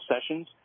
sessions